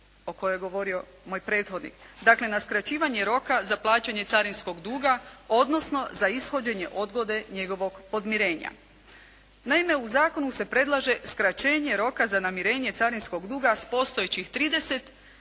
o kojoj je govorio moj prethodnik, dakle na skraćivanje roka za plaćanje carinskog duga, odnosno za ishođenje odgode njegovog podmirenja. Naime u zakonu se predlaže skraćenje roka za namirenje carinskog duga s postojećih 30 na